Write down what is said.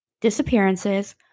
disappearances